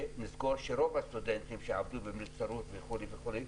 ונזכור שרוב הסטודנטים, שעבדו במלצרות וכו' וכו',